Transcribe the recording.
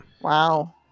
Wow